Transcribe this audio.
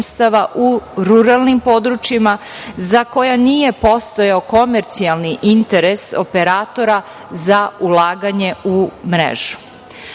u ruralnim područjima, za koja nije postojao komercijalni interes operatora za ulaganje u mrežu. Ovaj